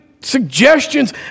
suggestions